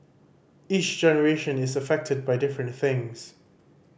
each generation is affected by different things